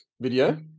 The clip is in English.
video